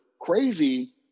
crazy